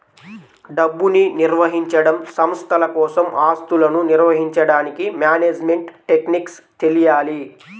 డబ్బుని నిర్వహించడం, సంస్థల కోసం ఆస్తులను నిర్వహించడానికి మేనేజ్మెంట్ టెక్నిక్స్ తెలియాలి